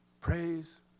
Praise